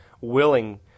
willing